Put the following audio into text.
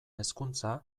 hezkuntza